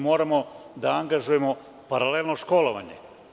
Moramo da angažujemo paralelno školovanje.